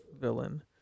villain